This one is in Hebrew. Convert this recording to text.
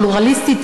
הפלורליסטית,